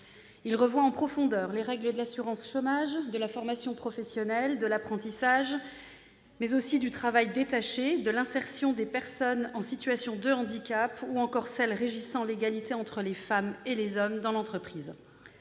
Il revoit en profondeur les règles de l'assurance chômage, de la formation professionnelle, de l'apprentissage, mais aussi du travail détaché, de l'insertion des personnes en situation de handicap ou encore celles qui régissent l'égalité entre les femmes et les hommes dans l'entreprise.